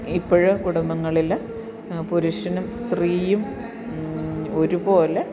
ഇപ്പോഴും കുടുംബങ്ങളിൽ പുരുഷനും സ്ത്രീയും ഒരു പോലെ